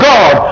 God